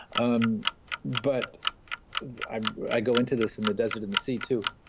um but i i go into this in the desert and the sea too,